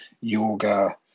yoga